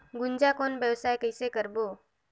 गुनजा कौन व्यवसाय कइसे करबो?